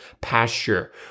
pasture